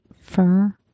fur